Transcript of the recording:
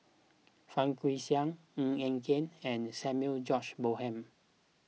Fang Guixiang Ng Eng Kee and Samuel George Bonham